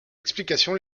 explication